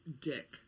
Dick